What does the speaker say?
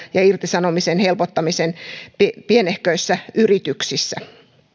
ja irtisanomisen helpottamisen pienehköissä yrityksissä